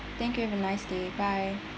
thank you have a nice day bye